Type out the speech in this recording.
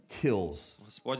Kills